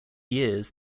years